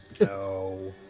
No